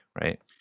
right